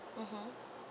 mmhmm